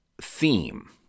theme